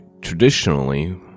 traditionally